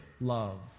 love